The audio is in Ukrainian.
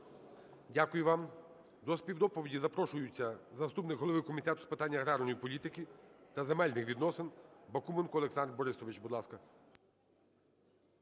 Дякую вам. До співдоповіді запрошується заступник голови Комітету з питань аграрної політики та земельних відносин Бакуменко Олександр Борисович,